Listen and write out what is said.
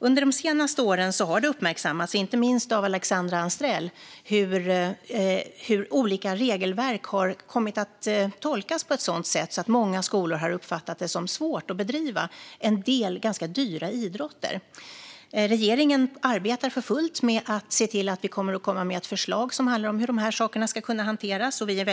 Under de senaste åren har det uppmärksammats, inte minst av Alexandra Anstrell, hur olika regelverk har kommit att tolkas på ett sådant sätt att många skolor har uppfattat det som svårt att bedriva en del ganska dyra idrotter. Regeringen är väldigt tacksam över det tillkännagivande som kom från riksdagen och arbetar för fullt med ett förslag som handlar om hur de här sakerna ska kunna hanteras.